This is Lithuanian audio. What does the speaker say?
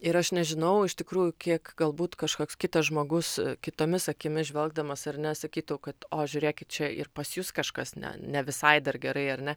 ir aš nežinau iš tikrųjų kiek galbūt kažkoks kitas žmogus kitomis akimis žvelgdamas ar ne sakytų kad o žiūrėkit čia ir pas jus kažkas ne ne visai dar gerai ar ne